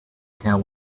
care